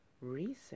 research